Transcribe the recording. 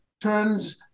turns